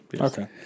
Okay